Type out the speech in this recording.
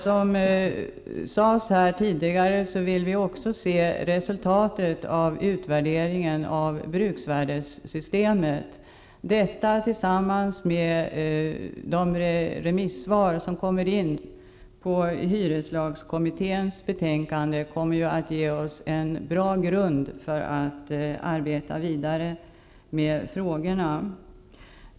Som sades här tidigare vill vi också se resultatet av utvärderingen av bruksvärdessystemet. Detta tillsammans med de remissvar som kommer in med anledning av hyreslagskommitténs betänkande kommer att ge oss en bra grund för att arbeta vidare med frågorna.